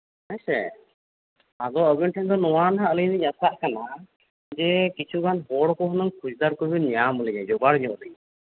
ᱦᱮᱸ ᱥᱮ ᱟᱫᱚ ᱟᱹᱵᱤᱱ ᱴᱷᱮᱱ ᱫᱚ ᱱᱚᱣᱟ ᱦᱟᱸᱜ ᱟᱹᱞᱤ ᱞᱤᱧ ᱟᱥᱟᱜ ᱠᱟᱱᱟ ᱡᱮ ᱠᱤᱪᱷᱩᱜᱟᱱ ᱦᱚᱲ ᱠᱚ ᱦᱩᱱᱟᱹᱝ ᱠᱷᱚᱫᱽᱫᱟᱨ ᱠᱚᱵᱤᱱ ᱧᱟᱢ ᱞᱮᱜᱮ ᱡᱳᱜᱟᱲ ᱧᱚᱜ ᱞᱮᱜᱮ